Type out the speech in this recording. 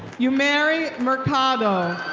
yumery mercado.